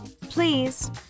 please